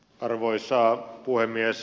arvoisa puhemies